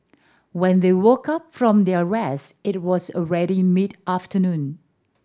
when they woke up from their rest it was already mid afternoon